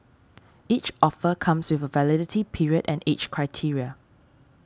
each offer comes with a validity period and age criteria